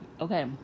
Okay